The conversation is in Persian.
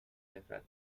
نفرت